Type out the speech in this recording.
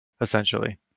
essentially